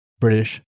British